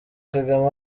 kagame